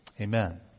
Amen